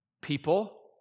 people